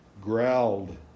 growled